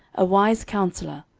a wise counsellor,